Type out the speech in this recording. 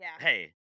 hey